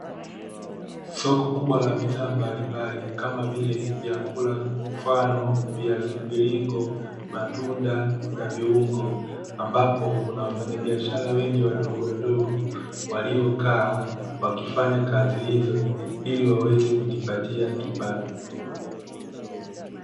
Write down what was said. Soko kubwa la bidhaa mbalimbali kama vile vyakula mfano viazi mviringo, matunda na viungo ambapo kuna wafanyabiashara wengi wadogowadogo waliokaa wakifanya kazi hizo iliwaweze kujipatia kipato.